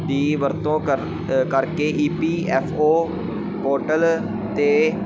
ਦੀ ਵਰਤੋਂ ਕਰ ਕਰਕੇ E P F O portal 'ਤੇ